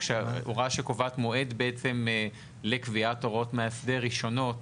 שהוראה שקובעת מועד בעצם לקביעת הוראות מאסדר ראשונות,